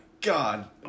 god